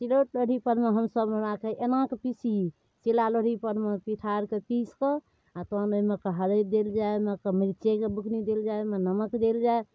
सिलौठ लोढ़ीपरमे हमसभ हमरा कहै एनाकऽ पिसही सिल्ला लोढ़ीपरमे पिठारके पीसिकऽ आओर तहन ओहिमेके हरैद देल जाए ओहिमेके मिरचाइके बुकनी देल जाए ओहिमे नमक देल जाए